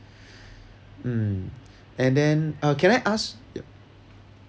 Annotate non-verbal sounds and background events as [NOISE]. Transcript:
[BREATH] mm and then uh can I ask